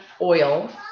oil